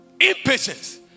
Impatience